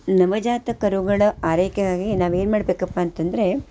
ನವಜಾತ ಕರುಗಳ ಆರೈಕೆಗಾಗಿ ನಾವು ಏನು ಮಾಡಬೇಕಪ್ಪ ಅಂತ ಅಂದರೆ